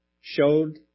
showed